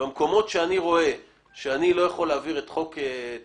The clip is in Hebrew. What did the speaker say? במקומות שבהם אני רואה שאני לא יכול להעביר את הנושא